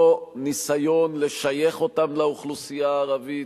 לא ניסיון לשייך אותם לאוכלוסייה הערבית,